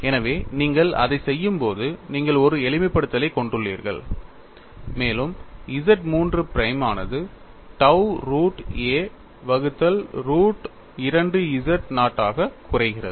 எனவே நீங்கள் அதைச் செய்யும்போது நீங்கள் ஒரு எளிமைப்படுத்தலைக் கொண்டுள்ளீர்கள் மேலும் Z III பிரைம் ஆனது tau ரூட் a வகுத்தல் ரூட் 2 z நாட் டாக குறைகிறது